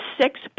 six